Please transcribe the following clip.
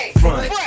front